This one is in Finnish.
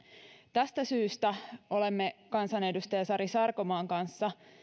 tästä syystä olemme kansanedustaja sari sarkomaan kanssa